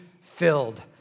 filled